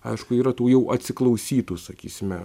aišku yra tų jau atsiklausytų sakysime